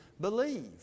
believe